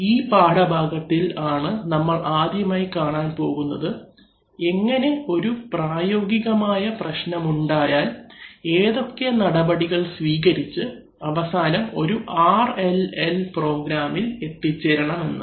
ഈ പാഠഭാഗത്തിൽ ആണ് നമ്മൾ ആദ്യമായി കാണാൻ പോകുന്നത് എങ്ങനെ ഒരു പ്രായോഗികമായ പ്രശ്നമുണ്ടായാൽ ഏതൊക്കെ നടപടികൾ സ്വീകരിച്ച് അവസാനം ഒരു RLL പ്രോഗ്രാമിൽ എത്തിച്ചേരണമെന്ന്